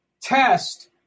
test